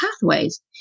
pathways